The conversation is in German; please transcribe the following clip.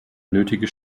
nötige